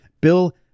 Bill